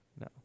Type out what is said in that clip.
No